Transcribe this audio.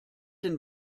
den